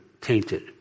tainted